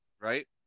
right